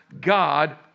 God